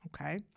Okay